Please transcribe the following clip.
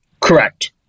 Correct